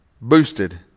boosted